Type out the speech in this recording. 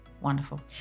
wonderful